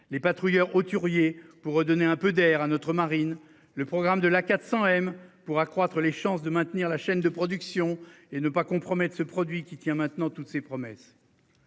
les patrouilleurs hauturiers pour redonner un peu d'air à notre marine le programme de l'A400M, 400 M pour accroître les chances de maintenir la chaîne de production et ne pas compromettre ce produit qui tient maintenant toutes ses promesses.